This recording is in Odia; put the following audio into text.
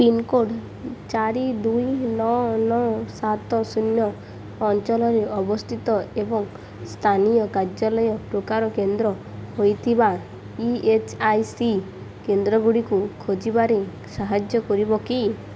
ପିନ୍କୋଡ଼୍ ଚାରି ଦୁଇ ନଅ ନଅ ସାତ ଶୂନ ଅଞ୍ଚଲରେ ଅବସ୍ଥିତ ଏବଂ ସ୍ଥାନୀୟ କାର୍ଯ୍ୟାଲୟ ପ୍ରକାର କେନ୍ଦ୍ର ହେଇଥିବା ଇ ଏସ୍ ଆଇ ସି କେନ୍ଦ୍ରଗୁଡ଼ିକୁ ଖୋଜିବାରେ ସାହାଯ୍ୟ କରିପାରିବ କି